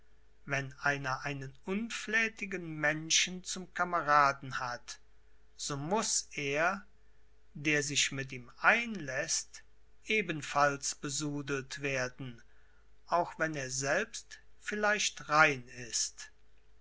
wenn einer einen unfläthigen menschen zum kameraden hat so muß er der sich mit ihm einläßt ebenfalls besudelt werden auch wenn er selbst vielleicht rein ist